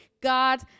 God